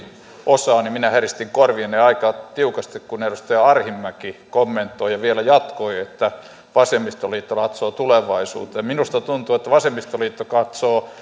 osaa niin minä heristin korviani aika tiukasti kun edustaja arhinmäki kommentoi ja vielä jatkoi että vasemmistoliitto katsoo tulevaisuuteen minusta tuntuu että vasemmistoliitto katsoo